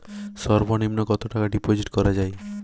সর্ব নিম্ন কতটাকা ডিপোজিট করা য়ায়?